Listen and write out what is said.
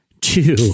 Two